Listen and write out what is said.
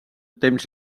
temps